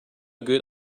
good